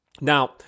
Now